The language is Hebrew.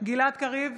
גלעד קריב,